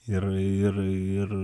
ir ir ir